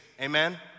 Amen